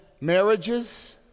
marriages